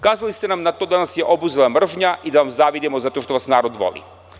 Kazali ste nam na to da nas je obuzela mržnja i da vam zavidimo zato što vas narod voli.